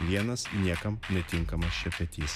vienas niekam netinkamas šepetys